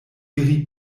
iri